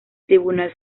tribunal